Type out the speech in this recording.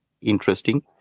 interesting